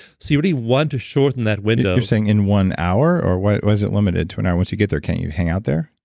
so you really want to shorten that window you're saying in one hour or why's it why's it limited to an hour? once you get there, can't you hang out there?